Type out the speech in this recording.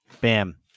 Bam